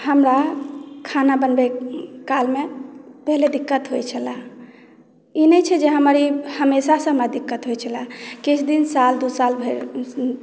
हमरा खाना बनबै कालमे पहिले दिक्कत होइ छलए ई नहि छै जे हमर हमेशासँ हमरा दिक्कत होइ छलए किछु दिन साल दू साल भे